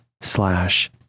slash